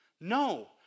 No